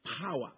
power